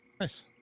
Nice